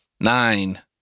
Nine